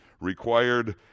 required